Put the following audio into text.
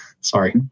Sorry